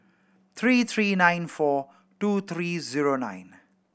three three nine four two three zero nine